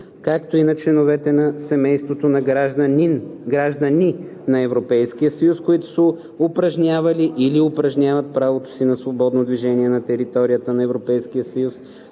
както и на членове на семейството на граждани на Европейския съюз, които са упражнявали или упражняват правото си на свободно движение на територията на Европейския съюз